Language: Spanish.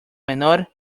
menor